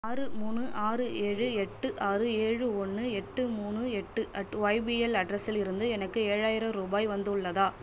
ஆறு மூணு ஆறு ஏழு எட்டு ஆறு ஏழு ஒன்று எட்டு மூணு எட்டு அட் ஒய்பிஎல் அட்ரஸிலிருந்து எனக்கு ஏழாயிரம் ரூபாய் வந்துள்ளதா